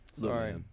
Sorry